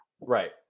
right